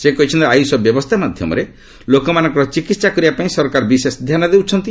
ସେ କହିଛନ୍ତି ଆୟୁଷ ବ୍ୟବସ୍ଥା ମାଧ୍ୟମରେ ଲୋକମାନଙ୍କର ଚିକିତ୍ସା କରିବା ପାଇଁ ସରକାର ବିଶେଷ ଧ୍ୟାନ ଦେଉଛନ୍ତି